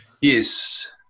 Yes